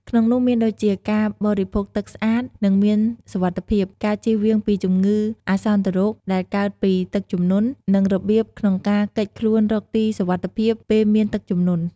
ក្នុងនោះមានដូចជា ការបរិភោគទឹកស្អាត និងមានសុវត្ថិភាព ការជៀសវាងពីជម្ងឺអាសន្នរោគដែលកើតពីទឹកជំនន់ និងរបៀបក្នុងការគេចខ្លួនរកទីសុវត្ថិភាពពេលមានទឹកជំនន់។